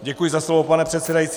Děkuji za slovo, pane předsedající.